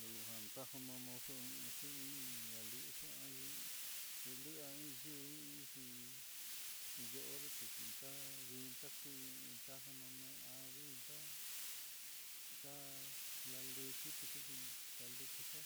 Lulujan tajon nonoxo, ñaxa hí ñaluxun há xhilua liyuí, xhi niyo'o onretexhi ta vinta kuii ta jononi abril nda nda'a lalujin tukuchin talixo